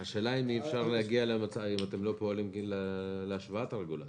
השאלה אם אתם לא פועלים להשוואת הרגולציה.